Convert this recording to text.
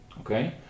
okay